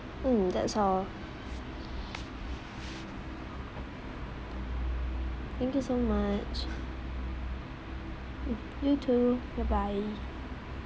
mm that's all thank you so much you too bye bye